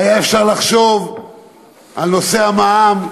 היה אפשר לחשוב על נושא המע"מ,